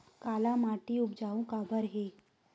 काला माटी उपजाऊ काबर हे?